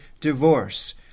divorce